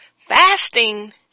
Fasting